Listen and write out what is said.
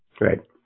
Right